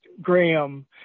Graham